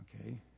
Okay